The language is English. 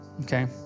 okay